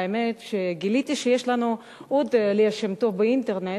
האמת שגיליתי שיש לנו עוד ליה שמטוב באינטרנט,